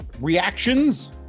reactions